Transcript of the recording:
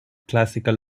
classical